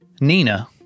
Nina